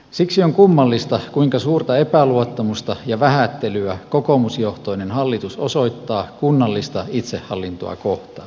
siksi on kummallista kuinka suurta epäluottamusta ja vähättelyä kokoomusjohtoinen hallitus osoittaa kunnallista itsehallintoa kohtaan